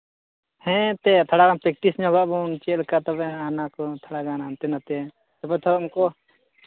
ᱦᱮᱸ ᱮᱱᱛᱮᱫ ᱛᱷᱚᱲᱟᱜᱟᱱ ᱯᱮᱠᱴᱤᱥ ᱧᱚᱜᱟᱵᱚᱱ ᱪᱮᱫ ᱞᱮᱠᱟ ᱛᱚᱵᱮ ᱦᱟᱱᱟ ᱠᱚ ᱛᱷᱚᱲᱟᱜᱟᱱ ᱦᱟᱱᱛᱮ ᱱᱟᱛᱮ ᱛᱚᱵᱮ ᱛᱚ ᱩᱱᱠᱩ